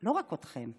לא רק אתכם,